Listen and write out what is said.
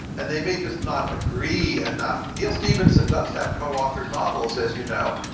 and they may just not agree enough. neal stephenson does have co-authored novels, as you know,